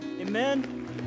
Amen